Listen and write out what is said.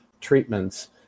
treatments